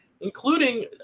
Including